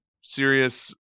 serious